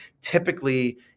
typically